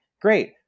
Great